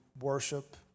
worship